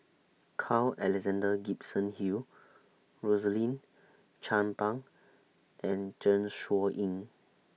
Carl Alexander Gibson Hill Rosaline Chan Pang and Zeng Shouyin